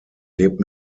lebt